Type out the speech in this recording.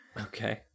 Okay